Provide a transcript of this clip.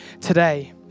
today